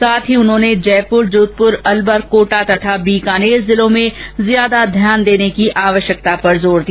साथ ही उन्होंने जयपुर जोधपुर अलवर कोटा तथा बीकानेर जिलों में ज्यादा ध्यान देने की आवश्यकता पर जोर दिया